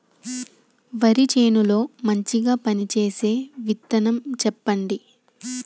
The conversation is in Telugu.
వరి చేను లో మంచిగా పనిచేసే విత్తనం చెప్పండి?